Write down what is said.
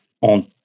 on